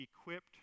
equipped